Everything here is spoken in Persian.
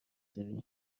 داریم